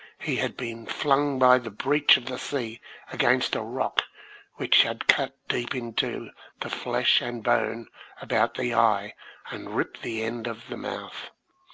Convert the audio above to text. he had been flung by the breach of the sea against a rock which had cut deep into the flesh and bone about the eye and ripped the end of the mouth.